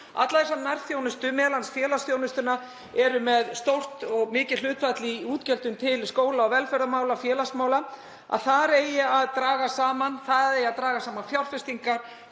alla þessa nærþjónustu, m.a. félagsþjónustuna, eru með stórt og mikið hlutfall í útgjöldum til skóla og velferðarmála og félagsmála, að þar eigi að draga saman, þar eigi að draga saman fjárfestingar